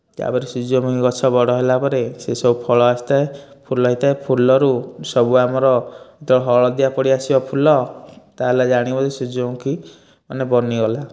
ତା'ପରେ ସୂର୍ଯ୍ୟମୁଖୀ ଗଛ ବଡ଼ ହେଲା ପରେ ସେ ସବୁ ଫଳ ଆସିଥାଏ ଫୁଲ ହେଇଥାଏ ଫୁଲରୁ ସବୁ ଆମର ତ ହଳଦିଆ ପଡ଼ି ଆସିବ ଫୁଲ ତାହେଲେ ଜାଣିବ ଯେ ସୂର୍ଯ୍ୟମୁଖୀ ମାନେ ବନି ଗଲା